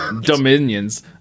Dominions